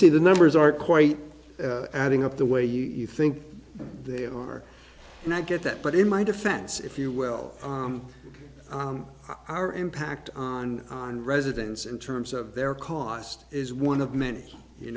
see the numbers are quite adding up the way you think they are and i get that but in my defense if you will our impact on on residents in terms of their cost is one of many you